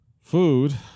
food